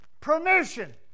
permission